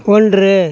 ஒன்று